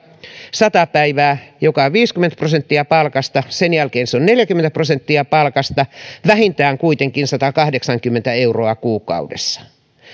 sata päivää joka on viisikymmentä prosenttia palkasta sen jälkeen se on neljäkymmentä prosenttia palkasta vähintään kuitenkin satakahdeksankymmentä euroa kuukaudessa